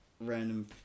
random